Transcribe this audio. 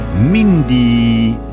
Mindy